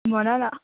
भन न